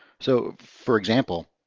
so for example,